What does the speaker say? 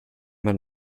man